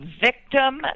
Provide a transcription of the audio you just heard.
victim